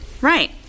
right